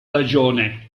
ragione